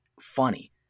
funny